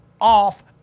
off